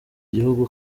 gihugu